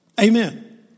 Amen